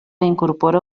incorpora